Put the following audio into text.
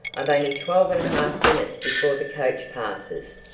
i've only twelve and a half minutes before the coach passes.